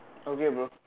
okay bro